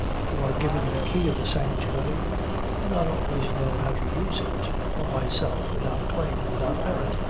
who are given the key of the sanctuary do not always know how to use it. for myself, without claim, without merit,